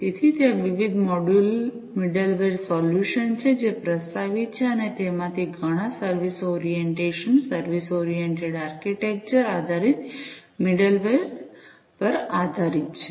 તેથી ત્યાં વિવિધ મિડલવેર સોલ્યુશન્સ છે જે પ્રસ્તાવિત છે અને તેમાંથી ઘણા service orientation service oriented architecture આધારિત મિડલવેર પર આધારિત છે